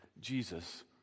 Jesus